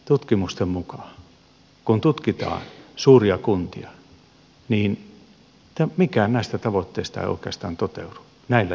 tutkimusten mukaan kun tutkitaan suuria kuntia mikään näistä tavoitteista ei oikeastaan toteudu näillä jättikunnilla